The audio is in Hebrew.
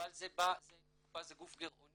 אבל קופה זה גוף גירעוני